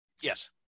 Yes